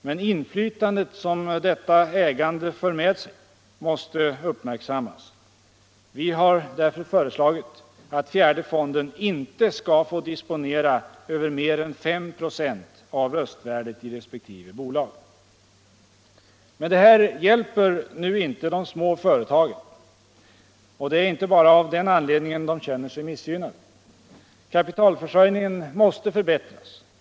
Men inflytandet som detta ägande för med sig måste uppmärksammas. Vi har därför föreslagit att fjärde fonden inte skall få disponera över mer än 5 ", av röstvärdet i resp. bolag. Men det här hjälper nu inte de små företagen. Och det är inte bara av den anledningen de känner sig missgynnade. Kapitalförsörjningen måste förbättras.